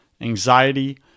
anxiety